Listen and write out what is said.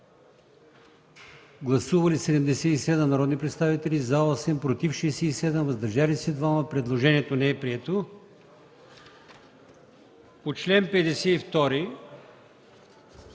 Гласували 77 народни представители: за 7, против 67, въздържали се 3. Предложението не е прието. По чл. 52